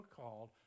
called